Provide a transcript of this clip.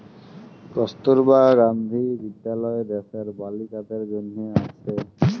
কস্তুরবা গান্ধী বিদ্যালয় দ্যাশের বালিকাদের জনহে আসে